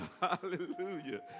Hallelujah